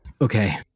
Okay